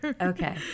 Okay